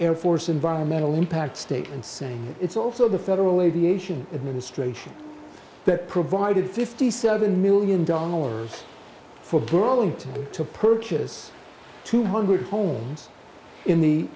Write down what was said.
air force environmental impact statement saying it's also the federal aviation administration that provided fifty seven million dollars for burlington to purchase two hundred homes in the